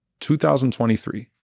2023